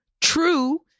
true